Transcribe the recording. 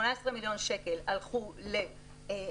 18 מיליון שקלים הלכו למפעלות,